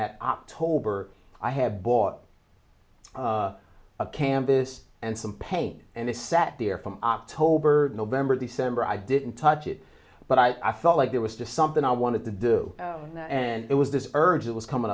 that october i had bought a campus and some paint and it sat there from october november december i didn't touch it but i felt like there was just something i wanted to do and it was this urge that was coming